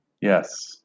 Yes